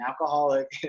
alcoholic